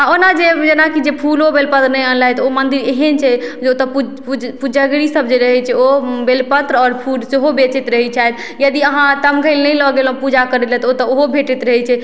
आ ओना जे जेना कि फूलो बेलपत्र नहि अनलथि ओ मन्दिर एहन छै जे ओतऽ पूज पूज पूजगरी सब जे रहै छै ओ बेलपत्र आओर फूल सेहो बेचैत रहै छथि यदि अहाँ तमघैल नहि लऽ गेलहुॅं पूजा करै लए तऽ ओतऽ ओहो भेटैत रहै छै